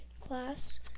class